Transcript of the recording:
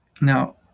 Now